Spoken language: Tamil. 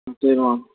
ம் சரிம்மா